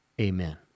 amen